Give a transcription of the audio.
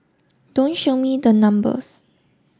don't show me the numbers